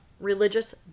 religious